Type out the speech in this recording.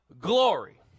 glory